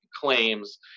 claims